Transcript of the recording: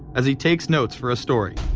as he takes notes for a story.